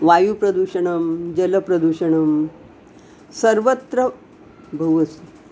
वायुप्रदूषणं जलप्रदूषणं सर्वत्र बहु अस्ति